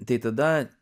tai tada